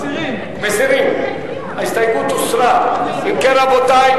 משרד ראש הממשלה (מרכז רבין,